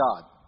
God